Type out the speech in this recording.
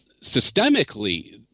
systemically